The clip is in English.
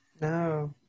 No